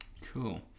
Cool